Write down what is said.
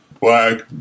Black